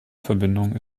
verbindung